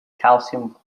calcium